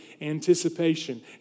Anticipation